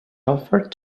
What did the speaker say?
offered